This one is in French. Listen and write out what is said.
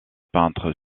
peintre